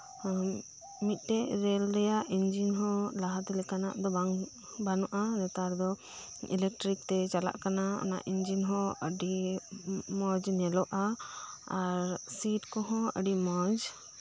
ᱢᱤᱫᱴᱮᱱ ᱨᱮ ᱞ ᱨᱮᱭᱟᱜ ᱤᱧᱡᱤᱱ ᱦᱚᱸ ᱞᱟᱦᱟᱛᱮ ᱞᱮᱠᱟᱱᱟᱜ ᱫᱚ ᱵᱟᱹᱱᱩᱜᱼᱟ ᱱᱮᱛᱟᱨ ᱫᱚ ᱤᱞᱮᱠᱴᱤᱨᱤᱠ ᱛᱮ ᱪᱟᱞᱟᱜ ᱠᱟᱱᱟ ᱚᱱᱟ ᱤᱧᱡᱤᱱ ᱦᱚᱸ ᱟᱹᱰᱤ ᱢᱚᱸᱡᱽ ᱧᱮᱞᱚᱜᱼᱟ ᱟᱨ ᱥᱤᱴ ᱠᱚᱦᱚᱸ ᱟᱹᱰᱤ ᱢᱚᱸᱡᱽ